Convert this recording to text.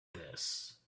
this